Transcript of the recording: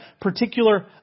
particular